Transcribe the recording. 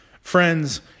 Friends